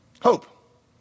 hope